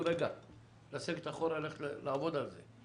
תתעכב במידה ויהיו בחירות או עד שתקום ממשלה.